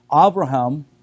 Abraham